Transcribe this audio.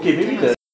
cannot sia